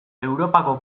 europako